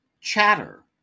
Chatter